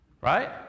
Right